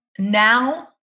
Now